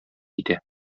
китә